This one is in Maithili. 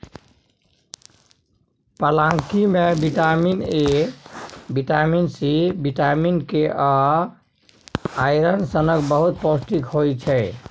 पलांकी मे vitamin A, vitamin C, vitamin K आ आइरन सनक बहुत पौष्टिक होइ छै